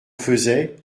faisais